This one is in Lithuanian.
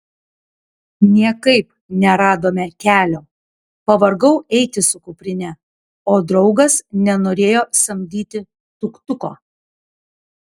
niekaip neradome kelio pavargau eiti su kuprine o draugas nenorėjo samdyti tuk tuko